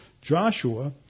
Joshua